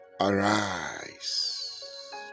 Arise